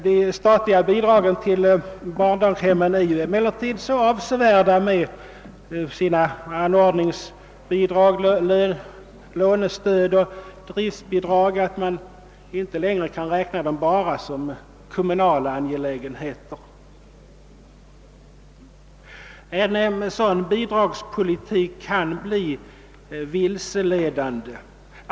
De statliga bidragen till barndaghemmen är emellertid så av sevärda med sina anordningsbidrag, lånestöd och driftbidrag, att man inte längre kan räkna barnstugeverksamheten som en enbart kommunal angelägenhet. En sådan bidragspolitik kan bli vilseledande.